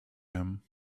him